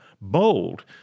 bold